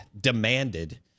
demanded